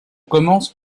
commence